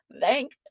thank